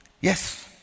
Yes